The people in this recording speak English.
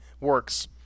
works